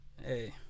Hey